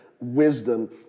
wisdom